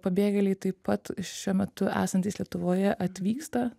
pabėgėliai taip pat šiuo metu esantys lietuvoje atvyksta